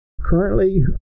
Currently